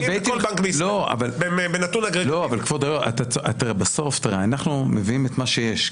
אנחנו בסוף מביאים את מה שיש.